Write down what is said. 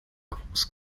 groß